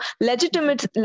legitimate